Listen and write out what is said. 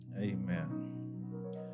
Amen